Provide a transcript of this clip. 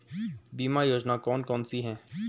बीमा योजना कौन कौनसी हैं?